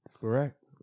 Correct